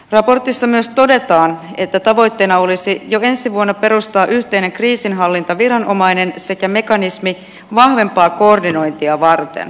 raportissa myös todetaan että tavoitteena olisi jo ensi vuonna perustaa yhteinen kriisinhallintaviranomainen sekä mekanismi vahvempaa koordinointia varten